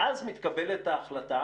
ואז מתקבלת ההחלטה.